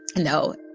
and no